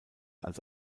als